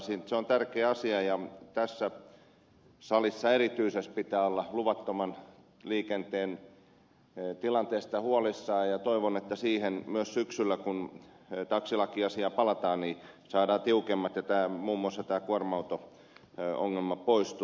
se on tärkeä asia ja tässä salissa erityisesti pitää olla luvattoman liikenteen tilanteesta huolissaan ja toivon että siihen myös syksyllä kun taksilakiasiaan palataan saadaan tiukemmat säännökset ja muun muassa tämä kuorma auto ongelma poistuu